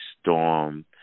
storm